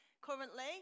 currently